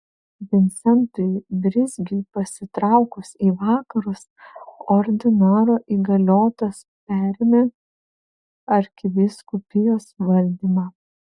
vincentui brizgiui pasitraukus į vakarus ordinaro įgaliotas perėmė arkivyskupijos valdymą